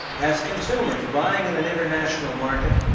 as consumers buying in an international market,